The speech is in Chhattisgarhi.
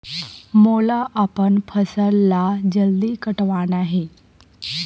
मोला अपन फसल ला जल्दी कटवाना हे?